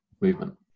movement